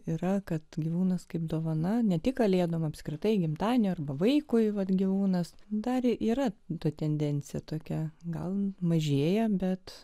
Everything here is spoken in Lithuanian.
yra kad gyvūnas kaip dovana ne tik kalėdų apskritai gimtadienio arba vaikui vat gyvūnas darė yra ta tendencija tokia gal mažėja bet